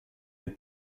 les